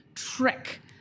Trick